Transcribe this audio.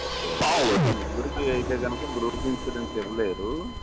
okay okay అంటే ముగ్గురికి అయితే కనుక గ్రూప్ ఇన్సూరెన్స్ ఇవ్వలేరు